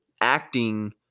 acting